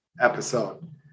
episode